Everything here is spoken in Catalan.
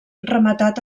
rematat